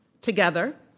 Together